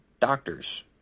doctors